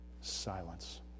Silence